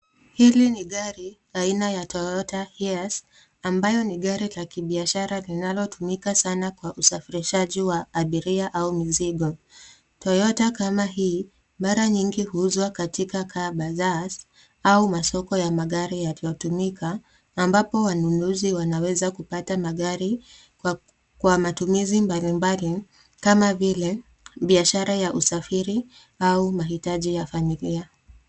Hili ni gari aina ya Toyota Hiace ambalo ni gari la kibiashara linalotumika sana kwa usafirishaji wa abiria au mizigo. Toyota kama hii mara nyingi huuzwa katika bazaars au masoko ya magari yaliyotumika ambapo wanunuzi wanaweza kupata magari kwa matumizi mbalimbali kama vile biashara ya usafiri au mahitaji ya familia.